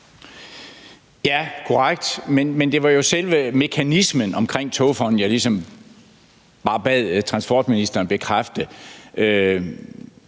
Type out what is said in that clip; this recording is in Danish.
er korrekt, men det var jo selve mekanismen omkring Togfonden DK, jeg ligesom bare bad transportministeren bekræfte.